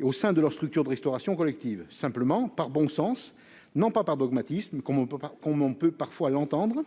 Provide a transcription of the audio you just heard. au sein de leurs structures de restauration collective. Simplement- c'est du bon sens et non du dogmatisme, comme on peut parfois l'entendre